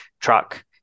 truck